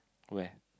where